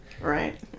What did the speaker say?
Right